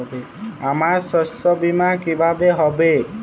আমার শস্য বীমা কিভাবে হবে?